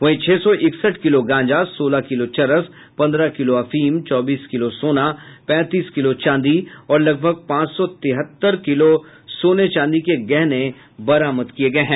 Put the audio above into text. वहीं छह सौ इकसठ किलो गांजा सोलह किलो चरस पन्द्रह किलो अफीम चौबीस किलो सोना पैंतीस किलो चांदी और लगभग पांच सौ तिहतर किलो सोने चांदी के गहने बरामद किये गये हैं